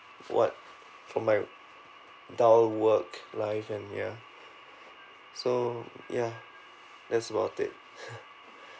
what from my dull work life and ya so ya that's about it